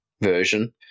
version